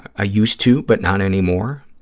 i used to but not anymore,